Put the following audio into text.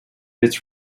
its